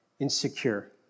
Insecure